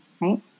right